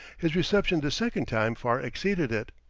his reception this second time far exceeded it.